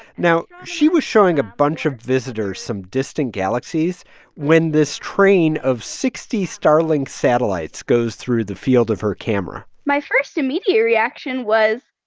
now, she was showing a bunch of visitors some distant galaxies when this train of sixty starlink satellites goes through the field of her camera my first immediate reaction was,